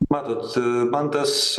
matot man tas